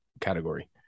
category